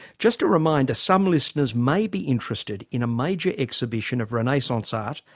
just a reminder, some listeners may be interested in a major exhibition of renaissance art,